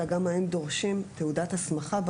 אלא גם האם דורשים תעודת הסמכה,